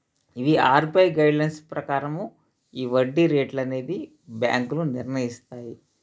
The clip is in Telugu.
ఇవి ఆర్ బి ఐ గైడ్లైన్స్ ప్రకారము ఈ వడ్డీ రేట్లనేది బ్యాంకులు నిర్ణయిస్తాయి